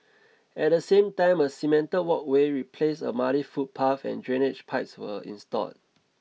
at the same time a cemented walkway replaced a muddy footpath and drainage pipes were installed